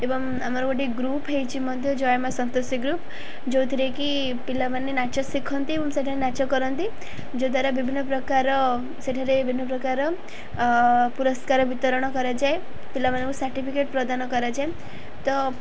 ଏବଂ ଆମର ଗୋଟିଏ ଗ୍ରୁପ ହେଇଛି ମଧ୍ୟ ଜୟମା ସନ୍ତୋଷି ଗ୍ରୁପ୍ ଯେଉଁଥିରେ କି ପିଲାମାନେ ନାଚ ଶିଖନ୍ତି ଏବଂ ସେଠାରେ ନାଚ କରନ୍ତି ଯଦ୍ୱାରା ବିଭିନ୍ନ ପ୍ରକାର ସେଠାରେ ବିଭିନ୍ନ ପ୍ରକାର ପୁରସ୍କାର ବିତରଣ କରାଯାଏ ପିଲାମାନଙ୍କୁ ସାର୍ଟିଫିକେଟ ପ୍ରଦାନ କରାଯାଏ ତ